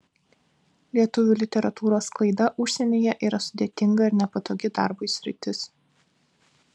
lietuvių literatūros sklaida užsienyje yra sudėtinga ir nepatogi darbui sritis